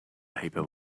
paper